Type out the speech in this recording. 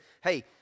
Hey